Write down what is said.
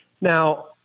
Now